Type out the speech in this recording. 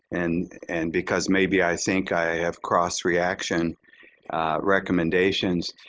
and and because maybe i think i have cross reaction recommendations,